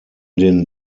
den